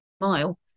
mile